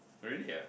really ah